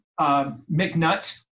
McNutt